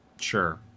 Sure